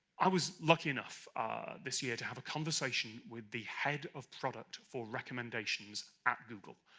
i was lucky enough this year to have a conversation with the head of product for recommendations at google,